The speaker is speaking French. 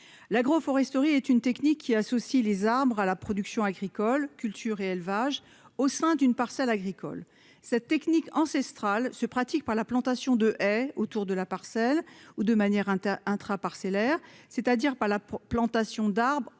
l'agroforesterie est une technique qui associe les arbres à la production agricole, culture et élevage au sein d'une parcelle agricole cette technique ancestrale se pratique par la plantation de haies autour de la parcelle ou de manière hein intra-parcellaire, c'est-à-dire par la plantation d'arbres